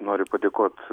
noriu padėkot